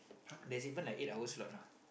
there's even like eight hour slot ah